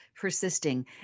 persisting